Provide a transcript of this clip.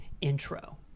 intro